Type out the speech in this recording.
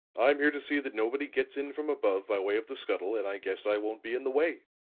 i'm here to see that nobody gets in from above by way of the scuttle, and i guess i won't be in the way.